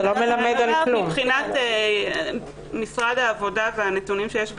מבחינת משרד העבודה והנתונים שיש בידינו,